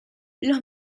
los